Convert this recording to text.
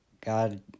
God